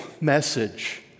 message